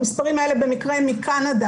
המספרים האלה במקרה מקנדה,